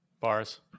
bars